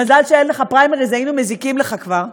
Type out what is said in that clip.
מזל שאין לך פריימריז, היינו מזיקים לך כבר,